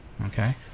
okay